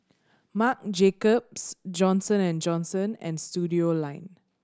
Marc Jacobs Johnson and Johnson and Studioline